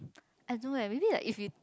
I do leh really like if you